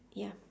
ya